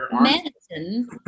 medicine